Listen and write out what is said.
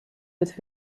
with